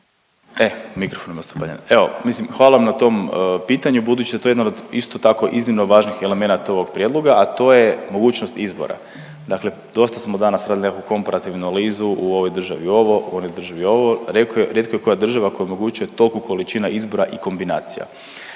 **Vidiš, Ivan** Evo mislim hvala vam na tom pitanju, budući da je to jedno od isto tako iznimno važnih elemenata ovog prijedloga, a to je mogućnost izbora. Dakle, dosta smo danas radili neku komparativnu analizu u ovoj državi ovo u onoj državi ono, rijeko je koja država koja omogućuje tolko količina izbora i kombinacija.